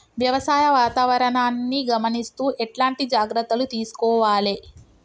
వ్యవసాయ వాతావరణాన్ని గమనిస్తూ ఎట్లాంటి జాగ్రత్తలు తీసుకోవాలే?